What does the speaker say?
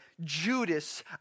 Judas